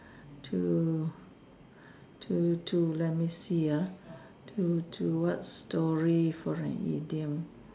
to to to let me see ah to to what story for an idiom